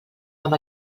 amb